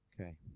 Okay